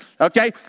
okay